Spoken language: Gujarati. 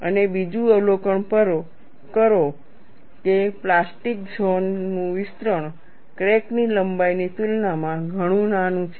અને બીજું અવલોકન પણ કરો કે પ્લાસ્ટિક ઝોન નું વિસ્તરણ ક્રેક ની લંબાઈની તુલનામાં ઘણું નાનું છે